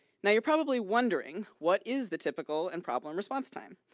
now you're probably wondering, what is the typical and problem response time?